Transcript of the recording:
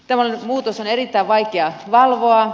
tällainen muutos on erittäin vaikea valvoa